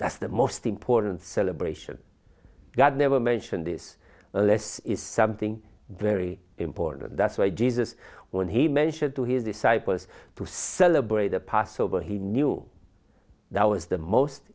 that's the most important celebration god never mentioned this less is something very important that's why jesus when he mentioned to his disciples to celebrate the passover he knew that was the most